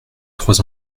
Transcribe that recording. trois